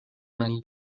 many